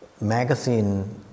magazine